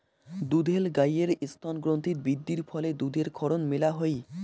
দুধেল গাইের স্তনগ্রন্থিত বৃদ্ধির ফলে দুধের ক্ষরণ মেলা হই